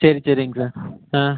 சரி சரிங்க சார் ஆ